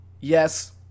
yes